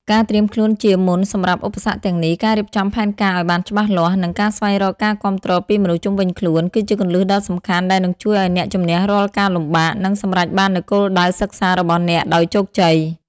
ការត្រៀមខ្លួនជាមុនសម្រាប់ឧបសគ្គទាំងនេះ ការរៀបចំផែនការឱ្យបានច្បាស់លាស់ និងការស្វែងរកការគាំទ្រពីមនុស្សជុំវិញខ្លួន គឺជាគន្លឹះដ៏សំខាន់ដែលនឹងជួយឱ្យអ្នកជម្នះរាល់ការលំបាក និងសម្រេចបាននូវគោលដៅសិក្សារបស់អ្នកដោយជោគជ័យ។